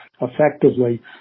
effectively